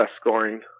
scoring